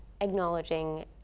acknowledging